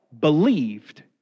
believed